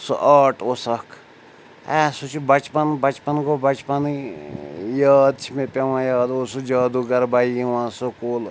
سُہ آرٹ اوس اَکھ اے سُہ چھُ بَچپَن بَچپَن گوٚو بَچپَنٕے یاد چھِ مےٚ پٮ۪وان یاد اوس سُہ جادو گَر بَیہِ یِوان سکوٗل